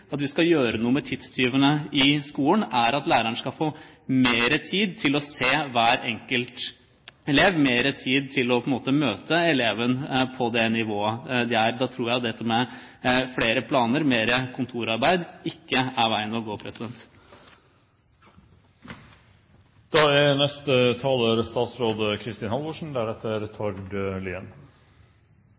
at vi skal gjøre noe med tidstyvene i skolen, er at læreren skal få mer tid til å se hver enkelt elev, mer tid til å møte elevene på det nivået de er. Da tror jeg dette med flere planer og mer kontorarbeid ikke er veien å gå. Bare noen kommentarer på tampen av debatten. For det første er